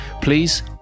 Please